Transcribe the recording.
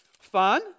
Fun